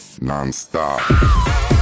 Non-stop